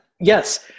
yes